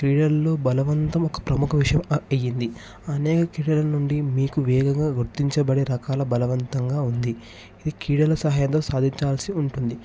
క్రీడల్లో బలవంతం ఒక ప్రముఖ విషయం అయ్యింది అనేక క్రీడల నుండి మీకు వేగంగా గుర్తించబడి రకాల బలవంతంగా ఉంది ఇది క్రీడల సహాయంగా సాధించాల్సి ఉంటుంది